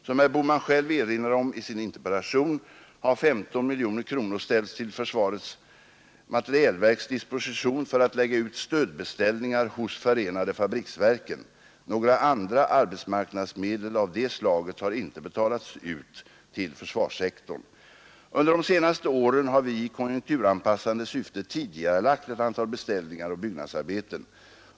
Som herr Bohman själv erinrar om i sin interpellation har 15 miljoner kronor ställts till försvarets materielverks disposition för att lägga ut stödbeställningar hos förenade fabriksverken. Några andra arbetsmarknadsmedel av det slaget har inte betalats ut till försvarssektorn. Under de senaste åren har vi i konjunkturanpassande syfte tidigarelagt ett antal beställningar och byggnadsarbeten.